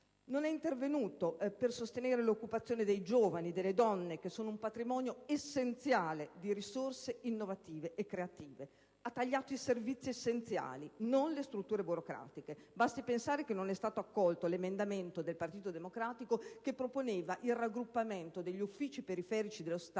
Non è intervenuto per sostenere l'occupazione dei giovani e delle donne, che sono un patrimonio essenziale di risorse innovative e creative. Ha tagliato i servizi essenziali, non le strutture burocratiche. Basti pensare che non è stato accolto l'emendamento del Partito Democratico che proponeva il raggruppamento degli uffici periferici dello Stato